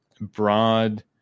broad